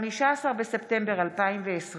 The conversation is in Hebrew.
15 בספטמבר 2020,